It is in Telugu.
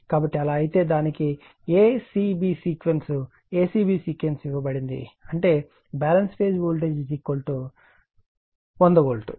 కాబట్టి అలా అయితే దానికి a c b sequence a c b sequence ఇవ్వబడింది అంటే బ్యాలెన్స్ ఫేజ్ వోల్టేజ్ 100 వోల్ట్